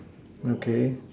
okay